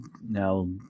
now